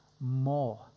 more